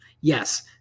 yes